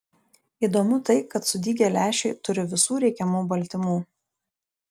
įdomu tai kad sudygę lęšiai turi visų reikiamų baltymų